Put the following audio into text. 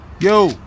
Yo